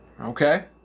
okay